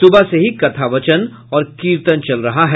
सुबह से ही कथावचन और कीर्तन चल रहा है